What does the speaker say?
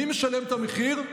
מי משלם את המחיר?